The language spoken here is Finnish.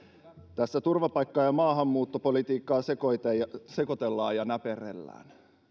tässä turvapaikka ja ja maahanmuuttopolitiikkaa sekoitellaan sekoitellaan ja näperrellään